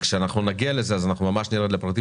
כאשר נגיע לזה אנחנו ממש נרד לפרטים.